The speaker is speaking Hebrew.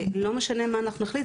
ולא משנה מה אנחנו נחליט,